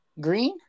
Green